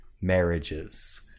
marriages